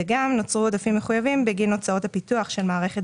וגם נוצרו עודפים מחויבים בגין הוצאות הפיתוח של מערכת